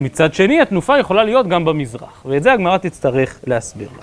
מצד שני התנופה יכולה להיות גם במזרח, ואת זה הגמרא תצטרך להסביר...